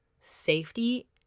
safety